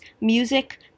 music